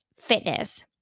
fitness